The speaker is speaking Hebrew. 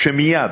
שמייד,